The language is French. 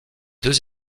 deux